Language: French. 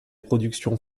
productions